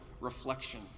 reflection